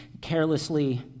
carelessly